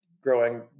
growing